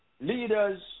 leaders